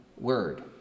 word